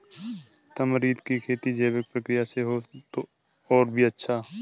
tamarind की खेती जैविक प्रक्रिया से हो तो और भी अच्छा